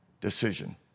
decision